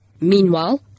Meanwhile